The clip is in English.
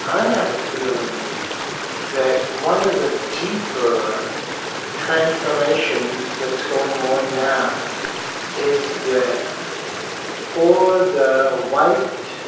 i have a feeling that one of the deeper transformations that's going on now is that for the white